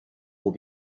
will